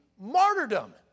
martyrdom